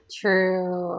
true